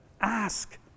ask